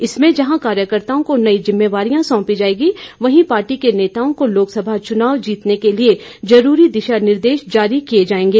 इसमें जहां कार्यकर्त्ताओं को नई जिम्मेवारियां सौंपी जाएंगी वहीं पार्टी के नेताओं को लोकसभा चुनाव जीतने के लिए जरूरी दिशा निर्देश जारी किए जाएंगे